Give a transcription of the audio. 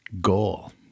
goal